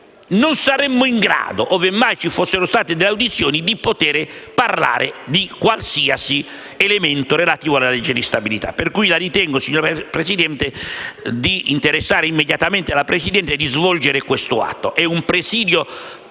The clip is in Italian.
non saremmo in grado, ove mai ci fossero state delle audizioni, di poter parlare di qualsiasi elemento relativo alla legge di stabilità. Pertanto le chiedo, signora Presidente, di interessare immediatamente il Presidente per svolgere questo atto: è un presidio